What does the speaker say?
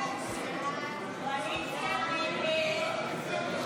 הסתייגות 20 לא נתקבלה.